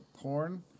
porn